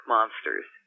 Monsters